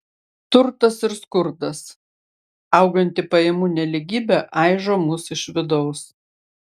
turtas ir skurdas auganti pajamų nelygybė aižo mus iš vidaus